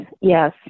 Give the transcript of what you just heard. yes